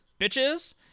bitches